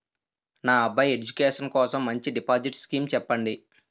నా అబ్బాయి ఎడ్యుకేషన్ కోసం మంచి డిపాజిట్ స్కీం చెప్పండి